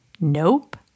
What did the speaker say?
Nope